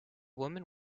woman